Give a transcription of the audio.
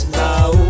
now